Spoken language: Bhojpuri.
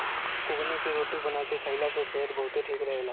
कुगनी के रोटी बना के खाईला से सेहत बहुते ठीक रहेला